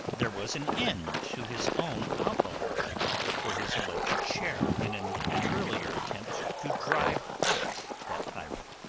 there was an end to his own outlawry for his alleged share in an earlier attempt to drive out that tyrant.